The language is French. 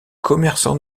commerçant